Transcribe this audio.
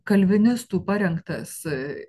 kalvinistų parengtas